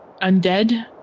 Undead